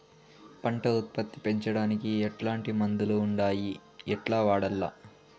పంట ఉత్పత్తి పెంచడానికి ఎట్లాంటి మందులు ఉండాయి ఎట్లా వాడల్ల?